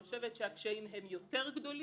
אני חושבת שהקשיים הם עוד יותר גדולים.